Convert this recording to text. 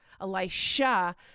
Elisha